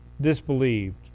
disbelieved